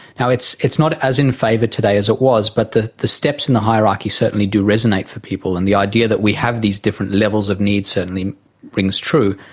it's it's not as in favour today as it was but the the steps and the hierarchy certainly do resonate for people, and the idea that we have these different levels of needs certainly rings true.